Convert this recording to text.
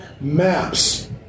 maps